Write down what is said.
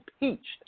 impeached